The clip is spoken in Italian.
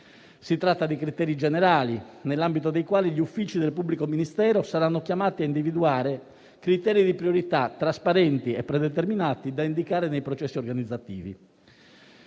Si tratta di criteri generali, nell'ambito dei quali gli uffici del pubblico ministero saranno chiamati a individuare criteri di priorità trasparenti e predeterminati, da indicare nei processi organizzativi.